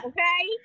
Okay